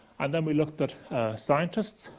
and then we looked at scientists,